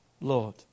Lord